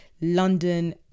london